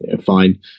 fine